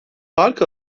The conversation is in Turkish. park